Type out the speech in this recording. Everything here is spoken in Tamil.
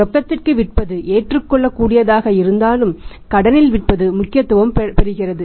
ரொக்கத்திற்கு விற்பது ஏற்றுக்கொள்ளக்கூடியதாக இருந்தாலும் கடனில் விற்பது முக்கியத்துவம் பெறுகிறது